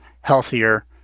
healthier